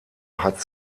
hat